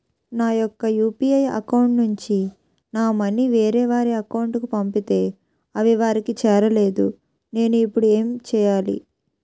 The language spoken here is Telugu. నా యెక్క యు.పి.ఐ అకౌంట్ నుంచి నా మనీ వేరే వారి అకౌంట్ కు పంపితే అవి వారికి చేరలేదు నేను ఇప్పుడు ఎమ్ చేయాలి?